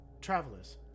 travelers